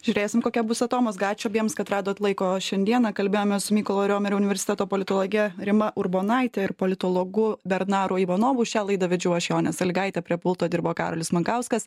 žiūrėsim kokia bus atomazga ačiū abiems kad radot laiko šiandieną kalbėjome su mykolo romerio universiteto politologe rima urbonaitė ir politologu bernaru ivanovu šią laidą vedžiau aš jonė salygaitė prie pulto dirbo karolis monkauskas